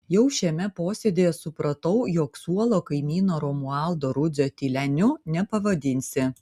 jau šiame posėdyje supratau jog suolo kaimyno romualdo rudzio tyleniu nepavadinsi